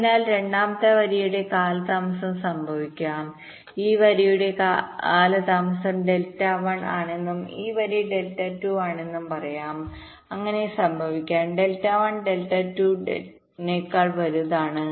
അതിനാൽ രണ്ടാമത്തെ വരിയുടെ കാലതാമസം സംഭവിക്കാം ഈ വരിയുടെ കാലതാമസം ഡെൽറ്റ 1 ആണെന്നും ഈ വരി ഡെൽറ്റ 2 ആണെന്നും പറയാം അങ്ങനെ സംഭവിക്കാം ഡെൽറ്റ 1 ഡെൽറ്റ 2 നെക്കാൾ വലുതാണ്